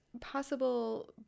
possible